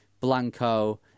Blanco